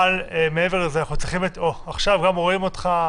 אוה, עכשיו גם רואים אותם,